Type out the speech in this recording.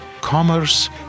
commerce